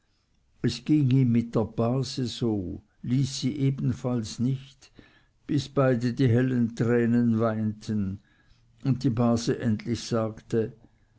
es ging ihm mit der base so ließ sie aber nicht bis beide die hellen tränen weinten und die base endlich sagte